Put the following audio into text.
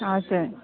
हजुर